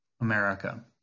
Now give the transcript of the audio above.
America